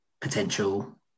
potential